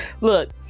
Look